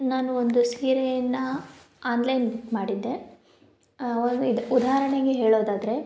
ನಾನು ಒಂದು ಸೀರೆಯನ್ನು ಆನ್ಲೈನ್ ಬುಕ್ ಮಾಡಿದ್ದೆ ಒಂದು ಉದಾಹರಣೆಗೆ ಹೇಳೋದಾದ್ರೆ